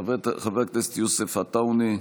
חבר הכנסת יוסף עטאונה,